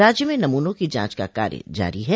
राज्य में नमूनों की जांच का कार्य जारी है